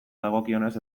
dagokionez